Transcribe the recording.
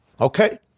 Okay